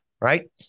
right